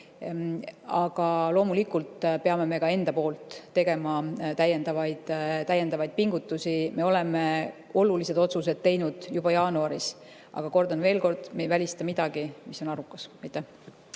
Aga loomulikult peame me ka ise tegema täiendavaid pingutusi. Me oleme olulised otsused teinud juba jaanuaris. Aga veel kord: me ei välista midagi, mis on arukas.